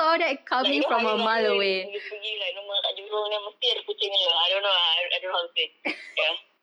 like you know hari raya you pergi like rumah kat jurong then mesti ada kucing punya I don't know ah I don't know how to say ya